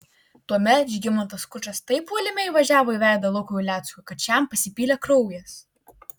tuomet žygimantas skučas taip puolime įvažiavo į veidą lukui uleckui kad šiam pasipylė kraujas